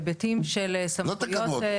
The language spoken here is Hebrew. לא תקנות.